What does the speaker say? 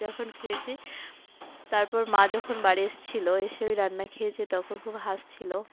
যখন খেয়েছি তারপর মা যখন বাড়ি এসেছিল এসে ওই রান্না খেয়েছে তখন খুব হাসছিল